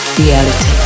reality